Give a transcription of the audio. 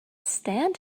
stand